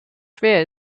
schwer